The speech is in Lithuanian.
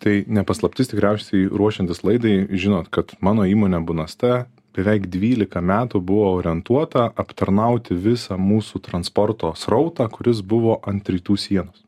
tai ne paslaptis tikriausiai ruošiantis laidai žinot kad mano įmonė bunasta beveik dvylika metų buvo orientuota aptarnauti visą mūsų transporto srautą kuris buvo ant rytų sienos